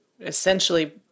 essentially